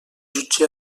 jutge